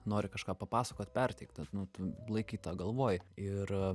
nori kažką papasakot perteikt kad nu tu laikyt tą galvoj ir